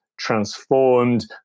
Transformed